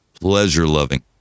Pleasure-loving